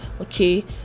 okay